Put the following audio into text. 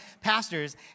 pastors